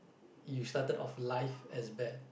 you started off life as bad